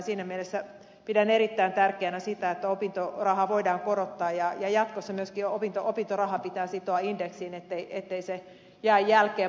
siinä mielessä pidän erittäin tärkeänä sitä että opintorahaa voidaan korottaa ja jatkossa myöskin opintoraha pitää sitoa indeksiin ettei se jää jälkeen